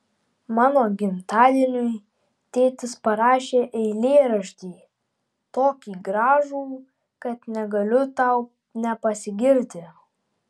mano gimtadieniui tėtis parašė eilėraštį tokį gražų kad negaliu tau nepasigirti